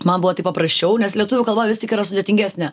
man buvo taip paprasčiau nes lietuvių kalba vis tik yra sudėtingesnė